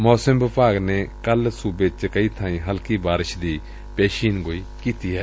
ਮੌਸਮ ਵਿਭਾਗ ਨੇ ਕੱਲ੍ ਸੁਬੇ ਚ ਕਈ ਥਾਈ ਹਲਕੀ ਬਾਰਿਸ਼ ਦੀ ਪੇਸ਼ੀਨਗੋਈ ਕੀਤੀ ਏ